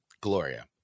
Gloria